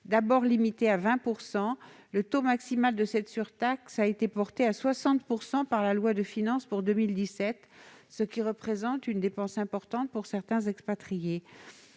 D'abord limité à 20 %, le taux maximal de cette surtaxe a été porté à 60 % par la loi de finances pour 2017, ce qui représente une dépense importante pour certains expatriés.